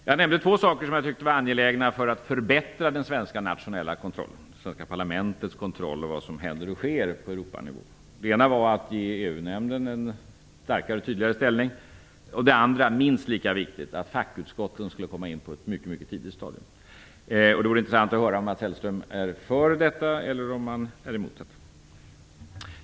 Jag nämnde två saker som jag tyckte var angelägna för att förbättra den svenska nationella kontrollen, den svenska riksdagens kontroll av vad som händer och sker på Europanivå. Den ena var att ge EU nämnden en starkare och tydligare ställning, den andra och minst lika viktiga att fackutskotten skulle komma in på ett mycket tidigt stadium. Det vore intressant att höra om Mats Hellström är för detta eller om han är emot det.